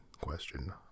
question